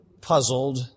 puzzled